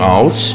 Out